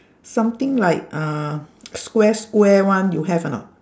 something like uh square square one you have or not